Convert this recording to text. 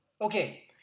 Okay